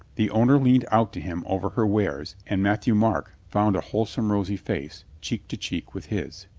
the owner leaned out to him over her wares and matthieu-m arc found a wholesome rosy face cheek to cheek with his.